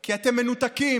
כי אתם מנותקים,